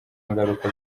ngaruka